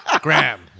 Graham